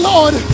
Lord